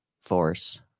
force